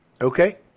Okay